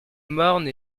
morne